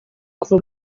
kuva